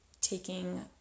taking